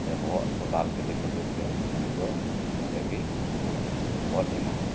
ᱥᱮ ᱵᱚᱦᱚᱜ ᱨᱮᱠᱚ ᱫᱟᱞ ᱠᱮᱫᱮ ᱠᱷᱟᱹᱛᱤᱨ ᱛᱮ ᱩᱱᱤ ᱫᱚ ᱚᱸᱰᱮ ᱜᱮᱭ ᱜᱚᱡ ᱮᱱᱟ